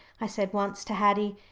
i said once to haddie.